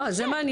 אה, זה מעניין.